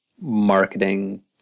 marketing